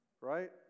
Right